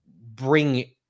bring